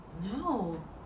No